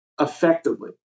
effectively